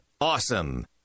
awesome